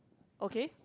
okay